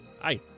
Hi